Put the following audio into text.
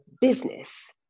business